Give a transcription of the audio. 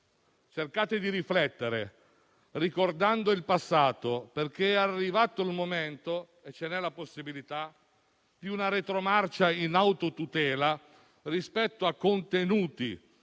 cercate di riflettere ricordando il passato, perché è arrivato il momento e c'è la possibilità di fare retromarcia in autotutela rispetto a contenuti